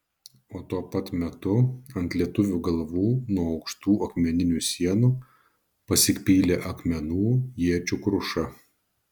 o tuo pat metu ant lietuvių galvų nuo aukštų akmeninių sienų pasipylė akmenų iečių kruša